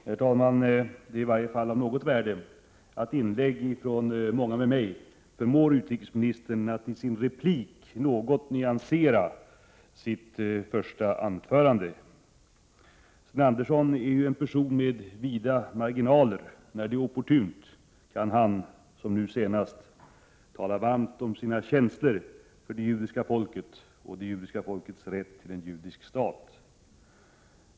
Herr talman! Det är i varje fall av något värde att inläggen från mig och andra förmådde utrikesministern att i sitt senaste anförande något nyansera vad han sade i sitt interpellationssvar. Sten Andersson är ju en person med vida marginaler. När det är opportunt kan han, som nu senast, tala varmt om sina känslor för det judiska folket och det judiska folkets rätt till en judisk stat.